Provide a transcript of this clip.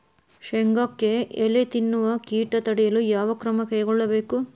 ಶೇಂಗಾಕ್ಕೆ ಎಲೆ ತಿನ್ನುವ ಕೇಟ ತಡೆಯಲು ಯಾವ ಕ್ರಮ ಕೈಗೊಳ್ಳಬೇಕು?